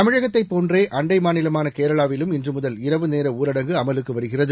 தமிழகத்தை போன்றே அண்டை மாநிலமான கேரளாவிலும் இன்றுமுதல் இரவு நேர ஊரடங்கு அமலுக்கு வருகிறது